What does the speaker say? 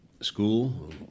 school